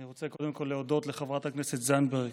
אני רוצה קודם כול להודות לחברת הכנסת זנדברג